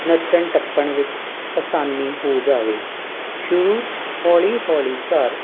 ਨੱਚਣ ਟੱਪਣ ਵਿੱਚ ਆਸਾਨੀ ਹੋ ਜਾਵੇ ਸ਼ੁਰੂ 'ਚ ਹੌਲੀ ਹੌਲੀ ਕਰ